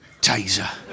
Taser